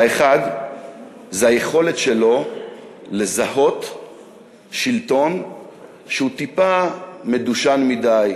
האחד זה היכולת שלו לזהות שלטון שהוא טיפה מדושן מדי,